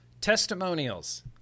Testimonials